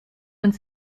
uns